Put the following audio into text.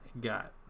got